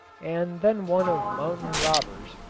and then one of mountain robbers,